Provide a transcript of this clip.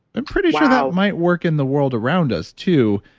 i'm pretty sure that might work in the world around us too,